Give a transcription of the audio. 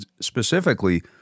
specifically